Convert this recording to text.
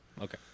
okay